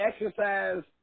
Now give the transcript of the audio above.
exercise